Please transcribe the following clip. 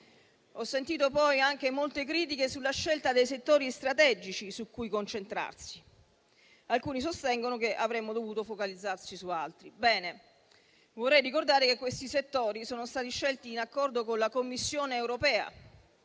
Ho sentito poi anche molte critiche sulla scelta dei settori strategici su cui concentrarsi. Alcuni sostengono che avremmo dovuto focalizzarci su altri. Bene, vorrei ricordare che questi settori sono stati scelti in accordo con la Commissione europea